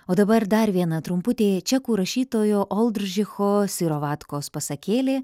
o dabar dar viena trumputė čekų rašytojo oldžricho sirovatkos pasakėlė